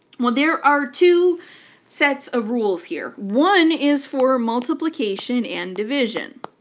well there are two sets of rules here. one is for multiplication and division,